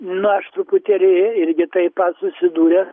na aš truputėlį irgi taip pat susidūręs